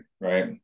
Right